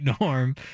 Norm